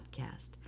podcast